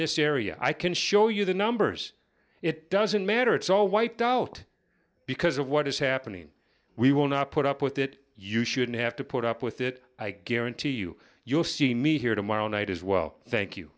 this area i can show you the numbers it doesn't matter it's all wiped out because of what is happening we will not put up with it you shouldn't have to put up with it i guarantee you you'll see me here tomorrow night as well thank you